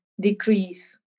decrease